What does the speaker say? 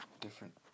different